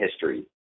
history